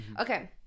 Okay